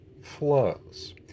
flows